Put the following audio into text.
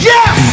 Yes